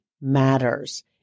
matters